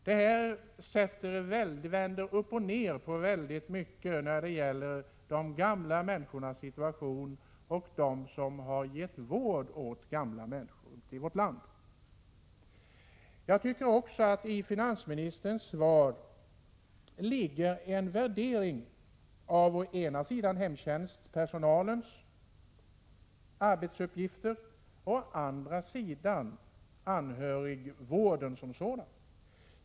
Detta vänder upp och ned på mycket i de gamla människornas situation och när det gäller situationen för dem som har gett vård åt gamla människor ute i vårt land. I finansministerns svar ligger också, tycker jag, en värdering av å ena sidan hemtjänstpersonalens arbetsuppgifter, å andra sidan anhörigvården som sådan.